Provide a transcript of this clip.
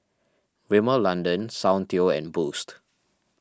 Rimmel London Soundteoh and Boost